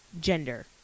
gender